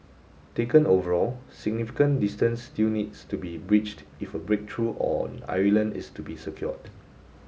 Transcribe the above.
taken overall significant distance still needs to be bridged if a big breakthrough on Ireland is to be secured